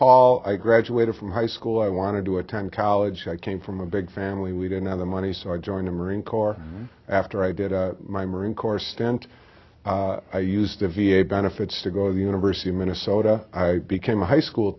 paul i graduated from high school i wanted to attend college so i came from a big family we didn't have the money so i joined the marine corps after i did my marine corps stand used to v a benefits to go to the university of minnesota i became a high school